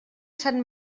sant